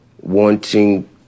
wanting